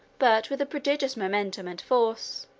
but with a prodigious momentum and force.